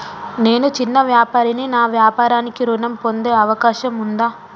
నేను చిన్న వ్యాపారిని నా వ్యాపారానికి ఋణం పొందే అవకాశం ఉందా?